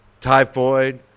typhoid